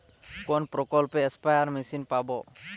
কোন প্রকল্পে spare machine পাব?